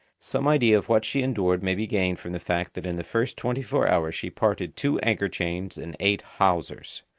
some idea of what she endured may be gained from the fact that in the first twenty-four hours she parted two anchor-chains and eight hawsers.